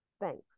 Thanks